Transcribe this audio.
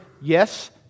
yes